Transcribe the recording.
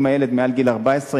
אם הילד מעל גיל 14,